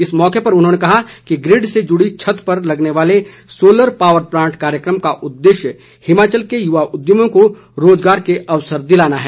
इस मौके पर उन्होंने कहा कि ग्रिड से जुड़ी छत पर लगने वाले सोलर पावर प्लांट कार्यक्रम का उददेश्य हिमाचल के युवा उद्यमियों को रोजगार के अवसर दिलाना है